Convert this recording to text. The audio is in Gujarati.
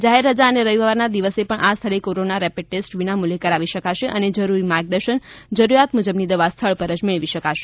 જાહેર રજા અને રવિવારના દિવસે પણ આ સ્થળે કોરોના રેપીડ ટેસ્ટ વિનામુલ્યે કરાવી શકશે અને જરૂરી માર્ગદર્શન જરૂરિયાત મુજબની દવા સ્થળ પર જ મેળવી શકાશે